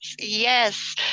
Yes